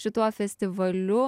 šituo festivaliu